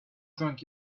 drunk